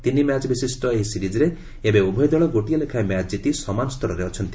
ତିନିମ୍ୟାଚ୍ ବିଶିଷ୍ଟ ଏହି ସିରିଜ୍ରେ ଏବେ ଉଭୟ ଦଳ ଗୋଟିଏ ଲେଖାଏଁ ମ୍ୟାଚ୍ କିତି ସମାନ ସ୍ତରରେ ଅଛନ୍ତି